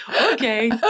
Okay